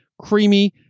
creamy